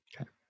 Okay